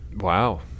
Wow